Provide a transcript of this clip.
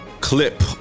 clip